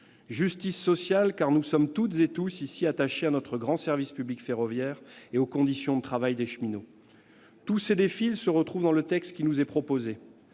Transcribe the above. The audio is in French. Justice sociale, car ici nous sommes toutes et tous attachés à notre grand service public ferroviaire et aux conditions de travail des cheminots. Tous ces défis se retrouvent dans le texte qui nous est proposé,